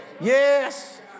Yes